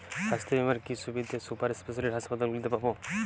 স্বাস্থ্য বীমার কি কি সুবিধে সুপার স্পেশালিটি হাসপাতালগুলিতে পাব?